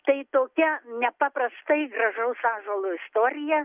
tai tokia nepaprastai gražaus ąžuolo istorija